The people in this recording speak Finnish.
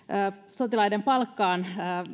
sotilaiden palkkaan